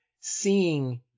seeing